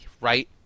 right